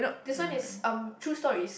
this one is um true stories